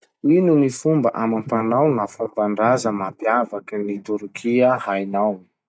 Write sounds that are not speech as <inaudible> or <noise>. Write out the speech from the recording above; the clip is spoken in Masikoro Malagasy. <noise> Ino gny fomba amam-panao na fomban-draza mampiavaky <noise> an'i Torkia hainao?